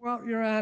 well your hon